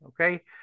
okay